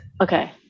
Okay